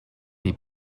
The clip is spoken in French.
les